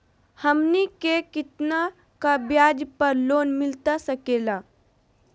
हमनी के कितना का ब्याज पर लोन मिलता सकेला?